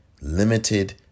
limited